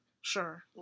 Sure